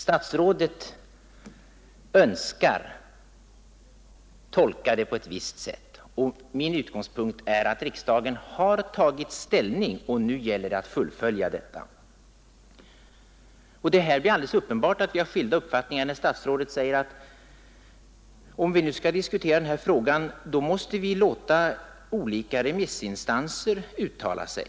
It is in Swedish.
Statsrådet önskar tolka riksdagsbeslutet på ett visst sätt, och min utgångspunkt är att riksdagen har tagit ställning och nu gäller det att fullfölja den. Det är alldeles uppenbart att vi har skilda uppfattningar när statsrådet säger, att om vi skall diskutera denna fråga måste vi låta olika remissinstanser uttala sig.